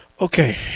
Okay